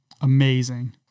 Amazing